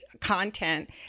content